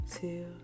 two